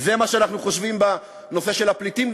זה מה שאנחנו חושבים בנושא של הפליטים,